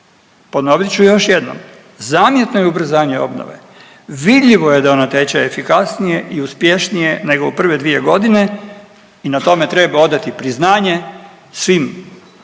ponovit ću još jednom, zamjetno je ubrzanje obnove, vidljivo je da ono teče efikasnije i uspješnije nego u prve dvije godine i na tome treba odati priznanje svima koji